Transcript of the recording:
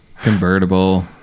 convertible